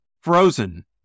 frozen